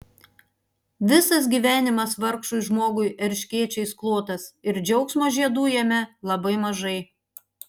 visas gyvenimas vargšui žmogui erškėčiais klotas ir džiaugsmo žiedų jame labai mažai